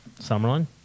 Summerlin